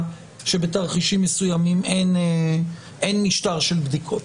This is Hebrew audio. שבתרחישים מסוימים אין משטר של בדיקות